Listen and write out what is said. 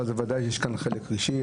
אבל בוודאי יש כאן חלק רגשי.